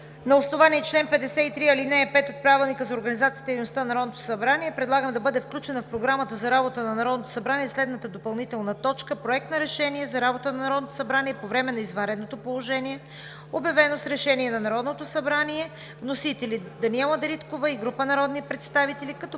на основание чл. 53, ал. 5 от Правилника за организацията и дейността на Народното събрание предлагам да бъде включена в Програмата за работа на Народното събрание следната допълнителна точка: „Проект на решение за работата на Народното събрание по време на извънредното положение, обявено с решение на Народното събрание“, внесено от Даниела Дариткова и група народни представители, като